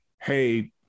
Hey